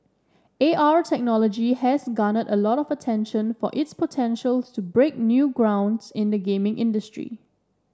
A R technology has garnered a lot of attention for its potentials to break new ground's in the gaming industry